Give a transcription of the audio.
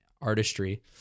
artistry